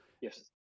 Yes